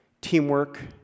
teamwork